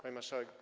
Pani Marszałek!